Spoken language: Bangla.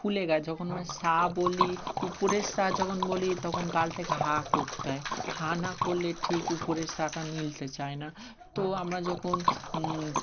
খুলে গায় যখন আমিও সা বলি উপরের সা যখন বলি তখন গালটাকে হাঁ করতে হয় হাঁ না করলে ঠিক উপরের সাটা মিলতে চায় না তো আমরা যখন